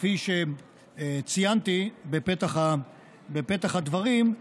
כפי שציינתי בפתח הדברים,